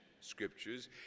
scriptures